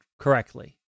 correctly